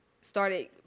started